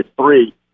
three